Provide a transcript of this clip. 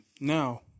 Now